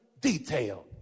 detail